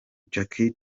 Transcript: jackie